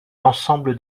l’ensemble